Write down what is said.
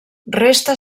resta